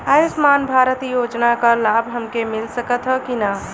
आयुष्मान भारत योजना क लाभ हमके मिल सकत ह कि ना?